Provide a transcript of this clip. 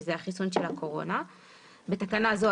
- שזה החיסון של הקורונה - "...(בתקנה זו,